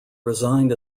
resigned